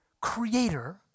creator